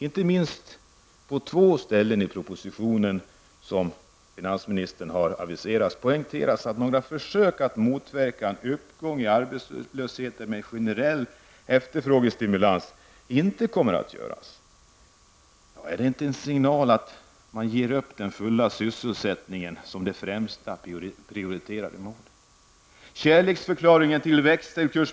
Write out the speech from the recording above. På minst två ställen i den av finansminister aviserade propositionen poängteras att några försök att motverka en uppgång i arbetslösheten med generell efterfrågestimulans inte kommer att göras. Är det inte en signal på att man ger upp den fulla sysselsättningen som det främst prioriterade målet?